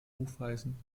hufeisen